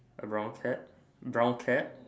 A brown cap brown cap